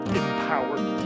empowered